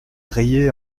riait